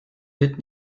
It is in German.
wird